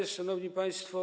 Szanowni Państwo!